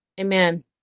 Amen